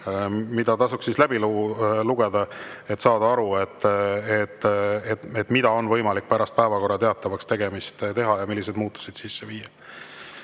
mis tasuks läbi lugeda, et saada aru, mida on võimalik pärast päevakorra teatavaks tegemist teha ja milliseid muudatusi sisse viia. Lauri